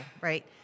Right